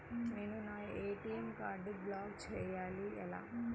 నేను నా ఏ.టీ.ఎం కార్డ్ను బ్లాక్ చేయాలి ఎలా?